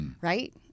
right